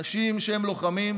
אנשים שהם לוחמים,